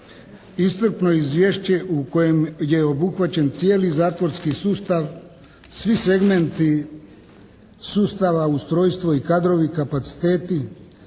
iscrpno izvješće u kojem je obuhvaćen cijeli zatvorski sustav, svi segmenti sustava, ustrojstvo i kadrovi, kapaciteti,